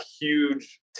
huge